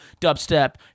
dubstep